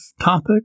topic